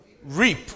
Reap